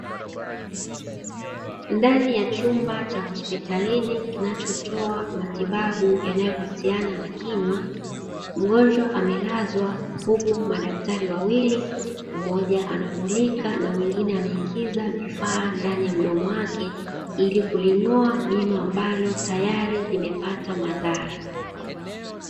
Ndani ya chumba cha hospitalini kinacho toa matibababu yanayohusiana na kinywa, mgonjwa amelazwa huku madaktari wawili, mmoja anamulika na mwingine ameingiza vifaa ndani ya mdomo wake, ili kuling'oa jino ambalo tayari limepata madhara.